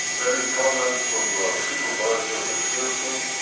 any comments from supervisor mcpherson?